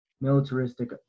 militaristic